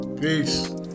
Peace